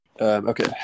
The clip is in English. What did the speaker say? Okay